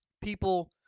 people